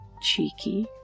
Cheeky